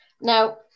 Now